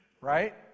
Right